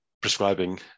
prescribing